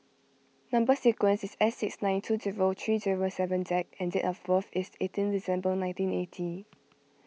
Number Sequence is S six nine two zero three zero seven Z and date of birth is eighteen December nineteen eighty